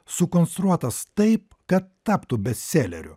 sukonstruotas taip kad taptų bestseleriu